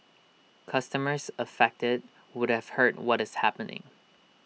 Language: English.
customers affected would have heard what is happening